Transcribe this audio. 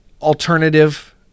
alternative